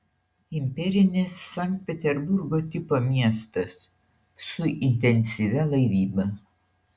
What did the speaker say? imperinis sankt peterburgo tipo miestas su intensyvia laivyba